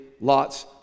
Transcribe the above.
Lot's